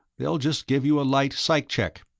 they'll just give you a light psych-check.